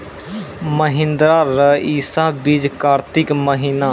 महिंद्रा रईसा बीज कार्तिक महीना?